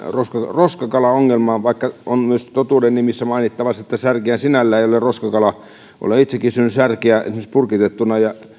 roskakalaongelmaan vaikka on myös totuuden nimissä mainittava että särkihän sinällään ei ole roskakala olen itsekin syönyt särkeä esimerkiksi purkitettuna ja